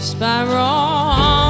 Spiral